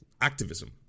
activism